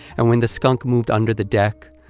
and when the skunk moved under the deck,